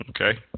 Okay